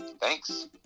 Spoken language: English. Thanks